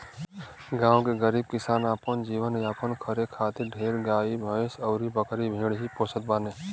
गांव के गरीब किसान अपन जीवन यापन करे खातिर ढेर गाई भैस अउरी बकरी भेड़ ही पोसत बाने